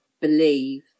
believe